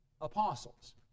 apostles